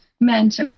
meant